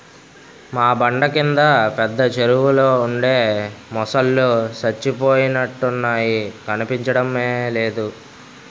మా బండ కింద పెద్ద చెరువులో ఉండే మొసల్లు సచ్చిపోయినట్లున్నాయి కనిపించడమే లేదు